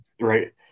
right